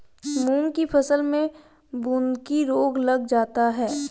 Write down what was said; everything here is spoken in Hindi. मूंग की फसल में बूंदकी रोग लग जाता है